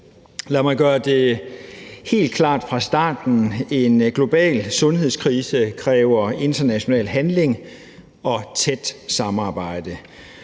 Lad mig gøre det helt klart fra starten: En global sundhedskrise kræver international handling og tæt samarbejde,